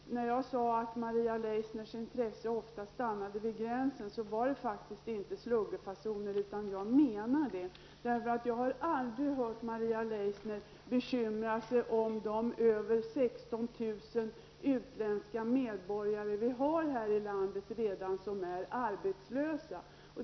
När jag sade att Maria Leissners intresse oftast stannade vid gränsen, var det faktiskt inte sluggerfasoner. Jag menade det. Jag har aldrig hört Maria Leissner bekymra sig om de över 16 000 utländska medborgare som vi redan har i landet och som är arbetslösa.